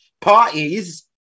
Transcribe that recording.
parties